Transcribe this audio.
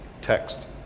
Text